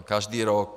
Každý rok.